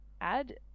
add